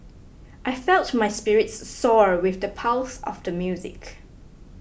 I felt my spirits soar with the pulse of the music